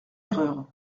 erreur